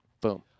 Boom